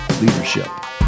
Leadership